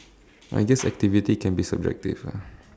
I guess activity can be subjective ah